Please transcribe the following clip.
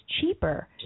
cheaper